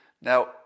Now